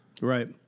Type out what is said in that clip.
Right